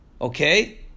Okay